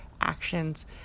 actions